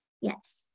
Yes